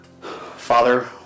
Father